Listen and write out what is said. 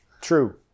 true